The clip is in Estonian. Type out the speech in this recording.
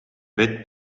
vett